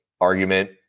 argument